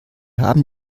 haben